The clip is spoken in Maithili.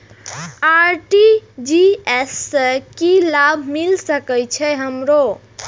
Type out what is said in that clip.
आर.टी.जी.एस से की लाभ मिल सके छे हमरो?